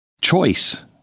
Choice